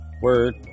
word